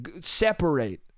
separate